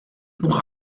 buch